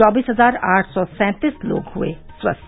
चौबीस हजार आठ सौ सेंतीस लोग हुए स्वस्थ